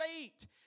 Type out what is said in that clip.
fate